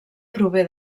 prové